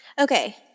Okay